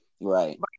Right